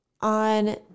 on